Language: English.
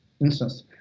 instance